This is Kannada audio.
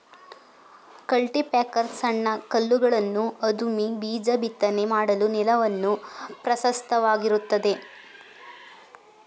ಕಲ್ಟಿಪ್ಯಾಕರ್ ಸಣ್ಣ ಕಲ್ಲುಗಳನ್ನು ಅದುಮಿ ಬೀಜ ಬಿತ್ತನೆ ಮಾಡಲು ನೆಲವನ್ನು ಪ್ರಶಸ್ತವಾಗಿರುತ್ತದೆ